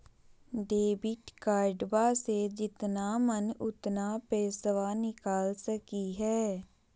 Debit कार्डबा से जितना मन उतना पेसबा निकाल सकी हय?